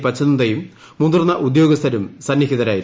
പച്ച്നങ്യും മുതിർന്ന ഉദ്യോഗസ്ഥരും സന്നിഹിതരായിരുന്നു